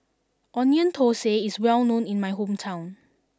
onion thosai is well known in my hometown